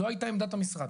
זו הייתה עמדת המשרד,